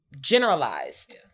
generalized